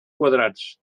quadrats